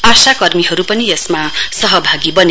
आशा कर्मीहरु पनि यसमा सहभागी बने